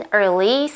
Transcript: early